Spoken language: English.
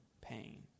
pain